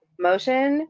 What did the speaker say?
motion